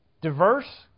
diverse